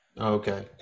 Okay